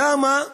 למה בחוק,